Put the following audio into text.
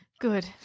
Good